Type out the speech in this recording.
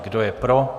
Kdo je pro?